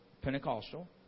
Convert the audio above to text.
Pentecostal